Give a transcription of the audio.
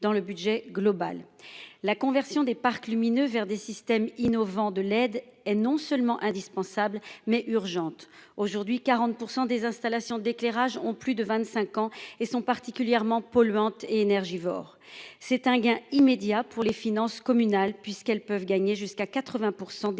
le budget global la conversion des parcs lumineux vers des systèmes innovants de l'aide est non seulement indispensable mais urgente aujourd'hui 40% des installations d'éclairage ont plus de 25 ans et sont particulièrement polluante et énergivores. C'est un gain immédiat pour les finances communales puisqu'elles peuvent gagner jusqu'à 80% d'économies